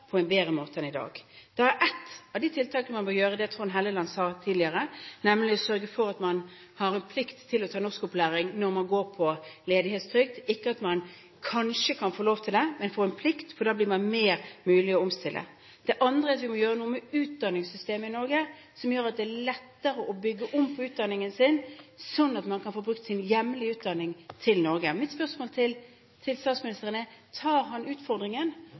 på en bedre måte enn i dag. Ett av de tiltakene man bør gjøre, har Trond Helleland nevnt tidligere, nemlig å sørge for at man har en plikt til å ta norskopplæring når man går på ledighetstrygd, ikke at man kanskje kan få lov til det, men få en plikt, for da får man en mulighet til kunne å omstille seg. Det andre er at vi må gjøre noe med utdanningssystemet i Norge, for å gjøre det lettere å bygge om på utdanningen, sånn at man kan få brukt sin hjemlige utdanning i Norge. Mitt spørsmål til statsministeren er: Tar han utfordringen